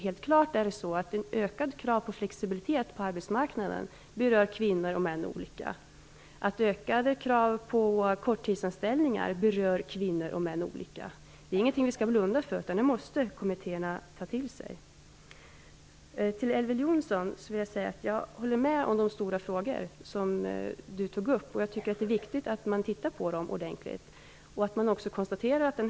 Det vet ju Ulrica Messing också. Men det händer ingenting, och då måste ju någon ta ett ansvar.